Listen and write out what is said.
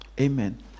Amen